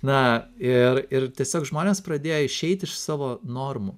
na ir ir tiesiog žmonės pradėjo išeit iš savo normų